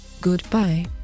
Goodbye